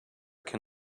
can